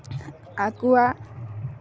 ᱟᱠᱚᱣᱟᱜ